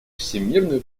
всемерную